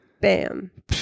bam